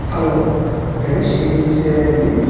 hello Ganesh ఏజెన్సీయా అండి